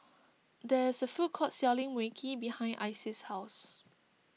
there is a food court selling Mui Kee behind Isis' house